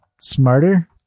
smarter